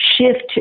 shift